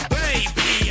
baby